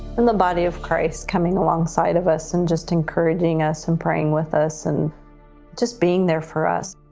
and the body of christ coming alongside of us and just encouraging us in praying with us. and just being there for us.